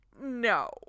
no